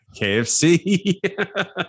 KFC